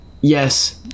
yes